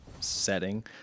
setting